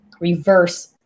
reverse